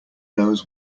knows